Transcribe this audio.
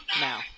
now